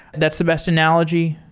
that's the best analogy?